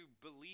believe